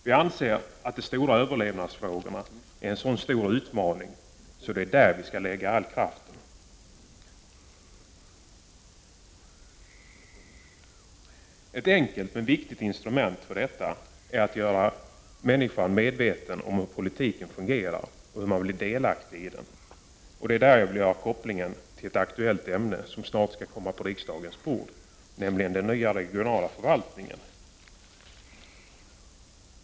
Vi anser att de stora överlevnadsfrågorna innebär en så stor utmaning att det är där vi skall lägga all kraft. Ett enkelt men viktigt instrument för detta är att göra människan medveten om hur politiken fungerar och hur man blir delaktig i den. Det är därvidlag som jag vill anknyta till ett aktuellt ämne som snart skall komma på riksdagens bord, nämligen den nya regionala förvaltningen.